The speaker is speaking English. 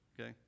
okay